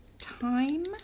time